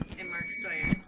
and mark steuer.